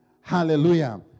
Hallelujah